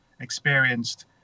experienced